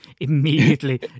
immediately